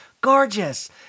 Gorgeous